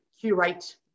curate